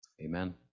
Amen